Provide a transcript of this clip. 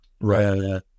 Right